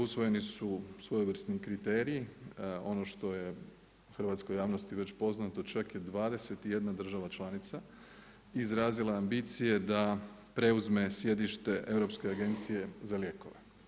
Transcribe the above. Usvojeni su svojevrsni kriterije, ono što je hrvatskoj javnosti već poznato, čak 21 država članica izrazila ambicije da preuze središte Europske agencije za lijekove.